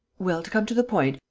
well, to come to the point,